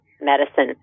medicine